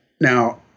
Now